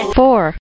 four